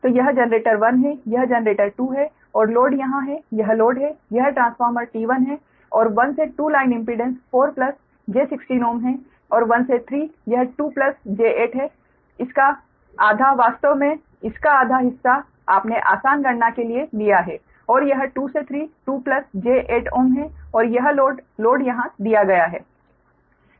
तो यह जनरेटर 1 है यह जनरेटर 2 है और लोड यहाँ है यह लोड है यह ट्रांसफार्मर T1 है और 1 से 2 लाइन इम्पीडेंस 4 j16 Ω है और 1 से 3 यह 2 j8 है इसका आधा वास्तव में इसका आधा हिस्सा आपने आसान गणना के लिए लिया है और यह 2 से 3 2 j8Ω है और यह लोड लोड यहां दिया गया है